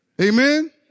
Amen